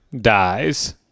dies